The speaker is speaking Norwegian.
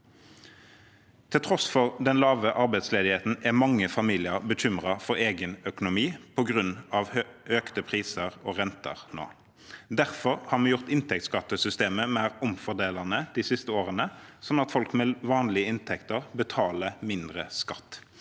Til tross for den lave arbeidsledigheten er mange familier bekymret for egen økonomi på grunn av økte priser og renter nå. Derfor har vi gjort inntektsskattesystemet mer omfordelende de siste årene, slik at folk med vanlige inntekter betaler mindre skatt.